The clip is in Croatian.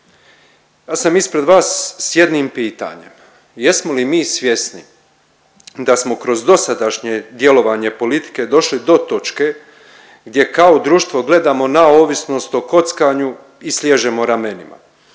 Ja sam ispred vas s jednim pitanjem. Jesmo li mi svjesni da smo kroz dosadašnje djelovanje politike došli do točke gdje kao društvo gledamo na ovisnost o kockanju i sliježemo ramenima